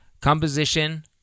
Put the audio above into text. Composition